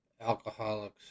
alcoholics